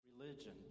religion